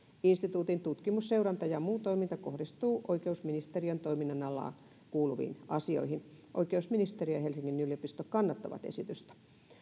instituutin tutkimus seuranta ja muu toiminta kohdistuu oikeusministeriön toiminnan alaan kuuluviin asioihin oikeusministeriö ja helsingin yliopisto kannattavat esitystä